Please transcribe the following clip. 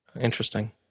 Interesting